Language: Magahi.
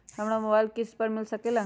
हमरा मोबाइल किस्त पर मिल सकेला?